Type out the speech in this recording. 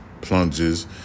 plunges